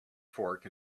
fork